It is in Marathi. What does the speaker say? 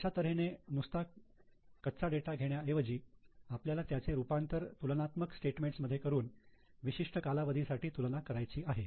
अशा तऱ्हेने नुसता कच्चा डेटा घेण्याऐवजी आपल्याला त्याचे रूपांतर तुलनात्मक स्टेटमेंट्स मध्ये करून विशिष्ट कालावधी साठी तुलना करायची आहे